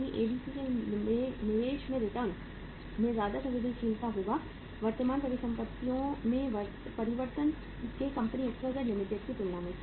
company ABC में निवेश में रिटर्न में ज्यादा संवेदनशील होगा वर्तमान परिसंपत्तियों में परिवर्तन के कंपनी XYZ लिमिटेड की तुलना में